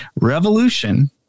revolution